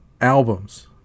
albums